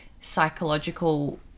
psychological